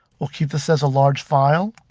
we'll keep us as a large file,